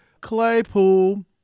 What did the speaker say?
Claypool